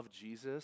Jesus